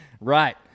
right